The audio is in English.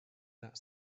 that